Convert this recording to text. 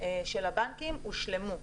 של הבנקים הושלמו.